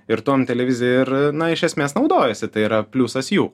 ir tuom televizija ir iš esmės naudojasi tai yra pliusas jų